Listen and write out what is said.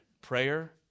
prayer